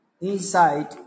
inside